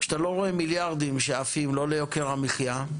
כשאתה לא רואה מיליארדים שעפים, לא ליוקר המחייה,